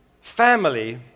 family